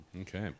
Okay